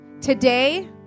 Today